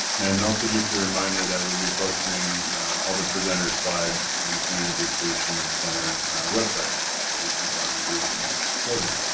and also just a reminder that we'll be posting all the presenters' slides on the clean energy solutions center website, so you can go and review them later.